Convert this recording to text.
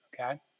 okay